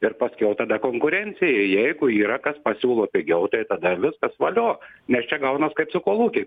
ir paskiau tada konkurencija jeigu yra kas pasiūlo pigiau tai tada viskas valio nes čia gaunas kaip su kolūkiais